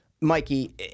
Mikey